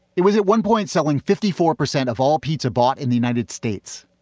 it was at one point selling fifty four percent of all pizza bought in the united states.